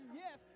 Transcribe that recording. yes